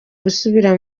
gusubira